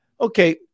Okay